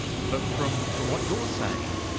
but from from what you're saying,